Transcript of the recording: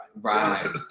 Right